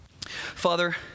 Father